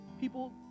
People